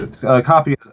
copy